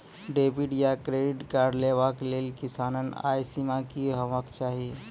Debit या credit card लेवाक लेल किसानक आय सीमा की हेवाक चाही?